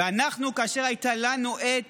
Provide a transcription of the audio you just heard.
ואנחנו כאשר הייתה לנו עת